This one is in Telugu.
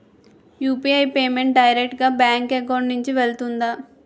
యు.పి.ఐ పేమెంట్ డైరెక్ట్ గా బ్యాంక్ అకౌంట్ నుంచి వెళ్తుందా?